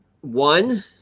one